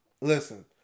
Listen